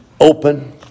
open